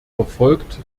verfolgt